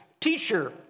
teacher